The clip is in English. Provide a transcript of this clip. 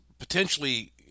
potentially